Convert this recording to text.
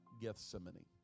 Gethsemane